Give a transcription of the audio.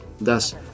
thus